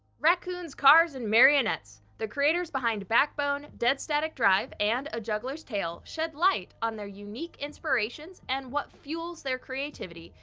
raccoons, cars, and marionettes the creators behind backbone, dead static drive, and a juggler's tale shed light on their unique inspirations and what fuels their creativity.